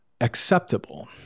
acceptable